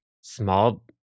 small